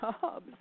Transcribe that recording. jobs